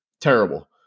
Terrible